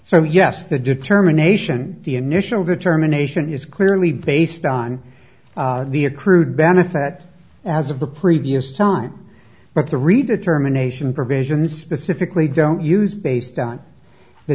so yes the determination the initial determination is clearly based on the accrued benefit as of the previous time but the redetermination provisions specifically don't use based on the